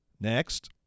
Next